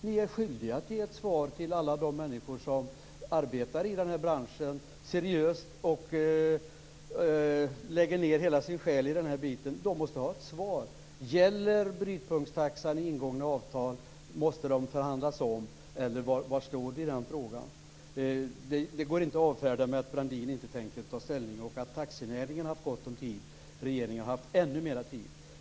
Ni är skyldiga att ge ett svar till alla de människor i den här branschen som arbetar seriöst och lägger ned hela sin själ i den här frågan. De måste ha ett svar på frågan om brytpunktstaxan gäller ingångna avtal? Måste de förhandlas om, eller var står ni i den frågan? Frågorna går inte att avfärda med att Brandin inte tänker ta ställning och att taxinäringen har haft gott om tid. Regeringen har haft ännu mer tid.